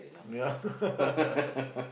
ya